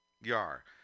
YAR